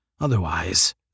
Otherwise